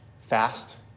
fast